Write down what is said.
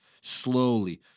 slowly